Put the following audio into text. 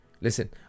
Listen